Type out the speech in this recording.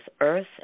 earth